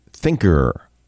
Thinker